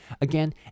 Again